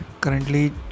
currently